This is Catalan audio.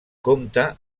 compta